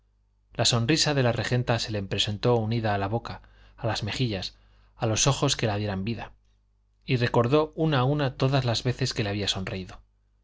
la sonrisa de la regenta se le presentó unida a la boca a las mejillas a los ojos que la dieran vida y recordó una a una todas las veces que le había sonreído